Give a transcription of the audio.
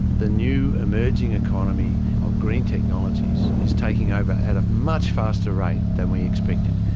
the new emerging economy of green technologies is taking over at a much faster rate than we expected.